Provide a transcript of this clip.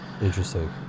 Interesting